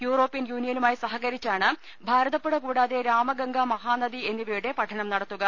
European യൂണിയനുമായി സഹകരിച്ചാണ് ഭാരതപ്പുഴ കൂടാതെ രാമഗംഗ മഹാനദി എന്നിവയുടെ പഠനം നടത്തുക